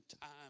time